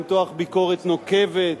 למתוח ביקורת נוקבת,